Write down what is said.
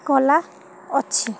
କଳା ଅଛି